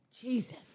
Jesus